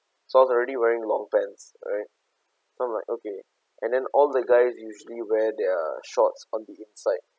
so I was already wearing long pants right so I'm like okay and then all the guys usually wear their shorts on the inside